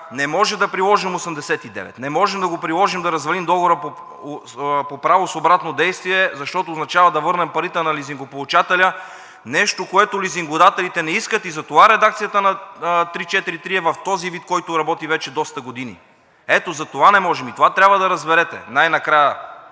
не можем да приложим чл. 89, не можем да го приложим да развалим договора по право с обратно действие, защото означава да върнем парите на лизингополучателя, нещо което лизингодателите не искат, и затова редакцията на чл. 343 е в този вид, който работи вече доста години. Ето затова не можем и това трябва да разберете най-накрая,